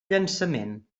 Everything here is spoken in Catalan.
llançament